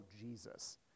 Jesus